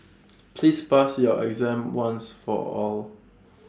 please pass your exam once for all